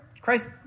Christ